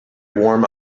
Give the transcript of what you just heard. warm